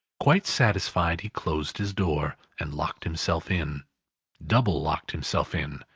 quite satisfied, he closed his door, and locked himself in double-locked himself in,